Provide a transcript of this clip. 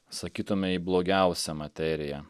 sakytume į blogiausią materiją